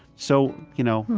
so, you know,